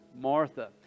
Martha